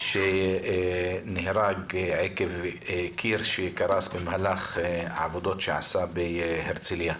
שנהרג עקב קריסת קיר במהלך ביצוע עבודות הריסת מבנה בהרצליה.